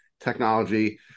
technology